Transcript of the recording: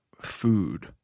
food